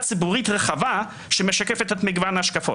ציבורית רחבה שמשקפת את מגוון ההשקפות.